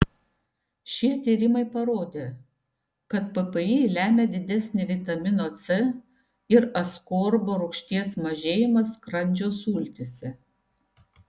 šie tyrimai parodė kad ppi lemia didesnį vitamino c ir askorbo rūgšties mažėjimą skrandžio sultyse